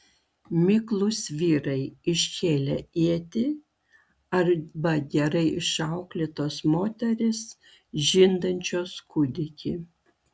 miklūs vyrai iškėlę ietį arba gerai išauklėtos moterys žindančios kūdikį